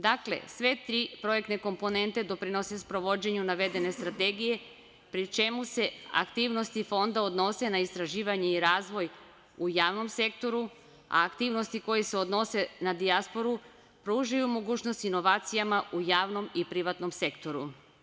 Dakle, sve tri projektne komponente doprinose sprovođenju navedene strategije, pri čemu se aktivnosti fonda odnose na istraživanje i razvoj u javnom sektoru, a aktivnosti koje se odnose na dijasporu pružaju mogućnost inovacijama u javnom i privatnom sektoru.